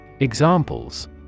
Examples